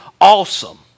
awesome